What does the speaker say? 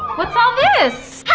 what's all this?